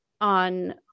on